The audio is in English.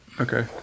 Okay